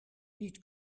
niet